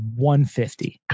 150